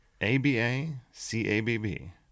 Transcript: A-B-A-C-A-B-B